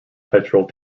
petrol